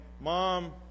mom